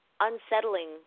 unsettling